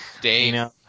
Dana